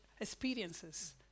experiences